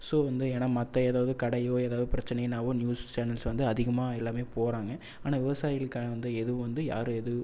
so வந்து ஏன்னா மற்ற எதாவது கடையோ எதாவது பிரச்சனைனாலோ நியூஸ் சேனல்ஸ் வந்து அதிகமாக எல்லாமே போகிறாங்க ஆனால் விவசாயிகளுக்காக வந்து எதுவும் வந்து யார் எது